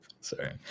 sorry